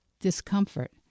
discomfort